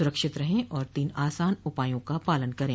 सुरक्षित रहें और तीन आसान उपायों का पालन करें